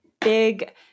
big